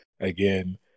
again